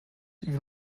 wie